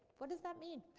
what does that mean?